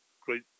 great